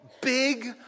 big